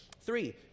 Three